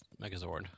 Megazord